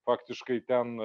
faktiškai ten